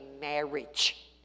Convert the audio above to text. marriage